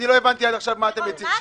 אני עד עכשיו לא הבנתי מה אתם מציעים.